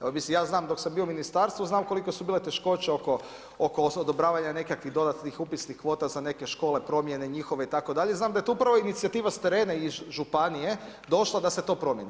Evo mislim ja znam dok sam bio u ministarstvu znam koliko su bile teškoće oko odobravanja nekakvih dodatnih upisnih kvota za neke škole, promjene njihove itd., znam da je upravo inicijativa s terena i županije došla da se to promijeni.